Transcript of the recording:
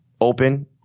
open